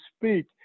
speak